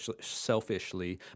selfishly